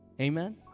Amen